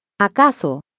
¿Acaso